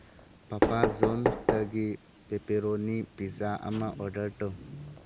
papa ꯖꯣꯟꯇꯒꯤ pepperoni pizza ꯑꯃ order ꯇꯧ